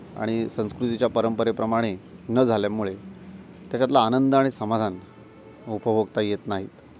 आणि संस्कृतीच्या परंपरेप्रमाणे न झाल्यामुळे त्याच्यातला आनंद आणि समाधान उपभोगता येत नाहीत